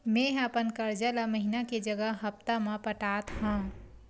मेंहा अपन कर्जा ला महीना के जगह हप्ता मा पटात हव